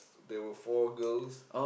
there were four girls